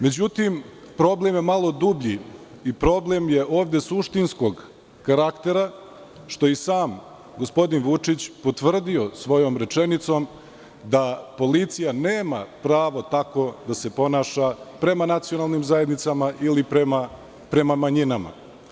Međutim, problem je malo dublji i problem je ovde suštinskog karaktera, što je i sam gospodin Vučić potvrdio svojom rečenicom da policija nema prava da se tako ponaša prema nacionalnim zajednicama ili prema manjinama.